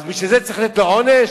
אז בשביל זה צריך לתת לו עונש?